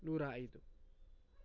ನೂರ ಐದು